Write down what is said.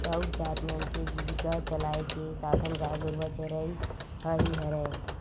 राउत जात मन के जीविका चलाय के साधन गाय गरुवा चरई ह ही हरय